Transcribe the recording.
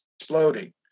exploding